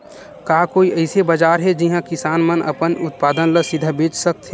का कोई अइसे बाजार हे जिहां किसान मन अपन उत्पादन ला सीधा बेच सकथे?